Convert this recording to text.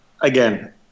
Again